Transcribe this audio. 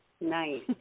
Nice